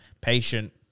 patient